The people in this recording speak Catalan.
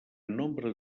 nombre